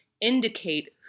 indicate